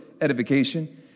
edification